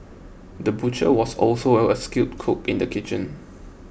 the butcher was also out a skilled cook in the kitchen